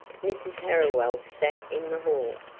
mrs. harriwell sat in the hall,